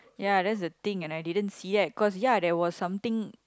ya that's the thing and I didn't see that cause ya there was something